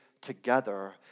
together